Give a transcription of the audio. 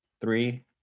three